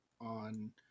on